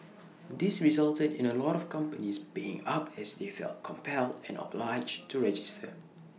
this resulted in A lot of companies paying up as they felt compelled and obliged to register